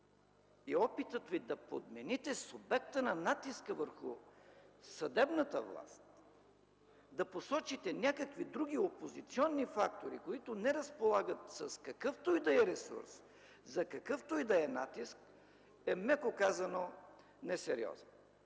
Опитът Ви да подмените субекта на натиска върху съдебната власт, да посочите някакви други опозиционни фактори, които не разполагат с какъвто и да е ресурс, за какъвто и да е натиск, е, меко казано, несериозно.